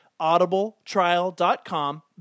AudibleTrial.com